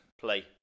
play